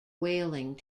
whaling